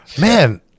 man